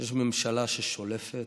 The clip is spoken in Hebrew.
שיש ממשלה ששולפת,